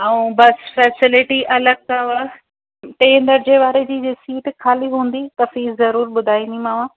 ऐं bus facility अलॻि अथव ते हिन जे वारे ॾींहुं जे सीट खाली हूंदी त फीस ज़रूरु ॿुधाईंदीमांव